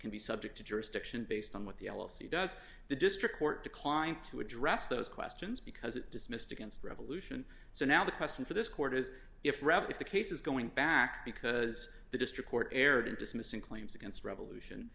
can be subject to jurisdiction based on what the l l c does the district court declined to address those questions because it dismissed against revolution so now the question for this court is if rev if the case is going back because the district court erred in dismissing claims against revolution